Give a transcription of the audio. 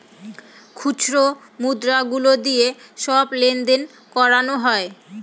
খুচরো মুদ্রা গুলো দিয়ে সব লেনদেন করানো হয়